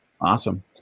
Awesome